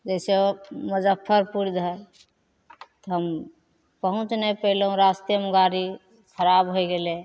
जइसे मुजफ्फरपुर धरि हम पहुँचि नहि पएलहुँ रास्तेमे गाड़ी खराब होइ गेलै